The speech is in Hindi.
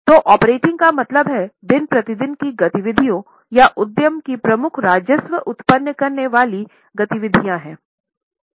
तोऑपरेटिंग का मतलब दिन प्रतिदिन की गतिविधियों या उद्यम की प्रमुख राजस्व उत्पन्न करने वाली गतिविधियों है